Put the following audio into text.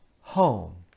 home